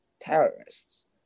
terrorists